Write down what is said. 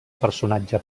personatge